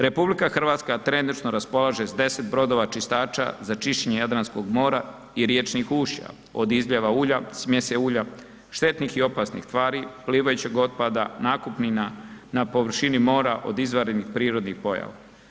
RH trenutačno raspolaže s 10 brodova čistaća za čišćenje Jadranskog mora i riječnih ušća od izljeva ulja, smjese ulja, štetnih i opasnih tvari, plivajućeg otpada, nakupnina na površini mora od izvanrednih prirodnih pojava.